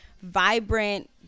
vibrant